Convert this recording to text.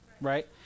right